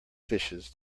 fishes